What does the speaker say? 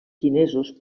xinesos